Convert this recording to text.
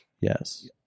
Yes